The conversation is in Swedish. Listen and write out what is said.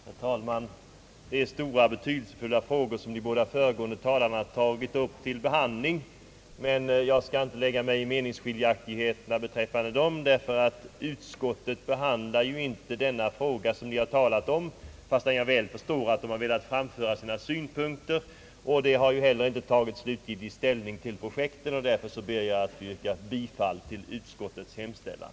Herr talman! Det är stora och betydelsefulla frågor som de båda föregående talarna har tagit upp till behandling. Jag skall dock inte lägga mig i deras meningsskiljaktigheter. Utskottet behandlar ju inte den fråga som de har talat om, fastän jag väl förstår att de har velat framföra sina synpunkter. Utskottet har inte heller tagit slutgiltig ställning till projekten, och därför ber jag, herr talman, att få yrka bifall till utskottets hemställan.